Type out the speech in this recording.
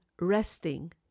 resting